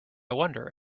wonder